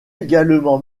également